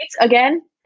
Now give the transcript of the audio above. again